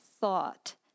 thought